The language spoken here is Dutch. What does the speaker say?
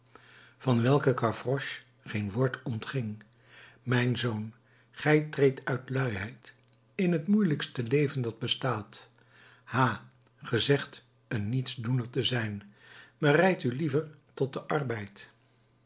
van welke gavroche geen woord ontging mijn zoon gij treedt uit luiheid in het moeielijkste leven dat bestaat ha gij zegt een nietsdoener te zijn bereid u liever tot den arbeid